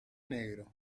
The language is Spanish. negro